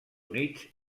units